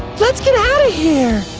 let's get outta here.